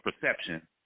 perception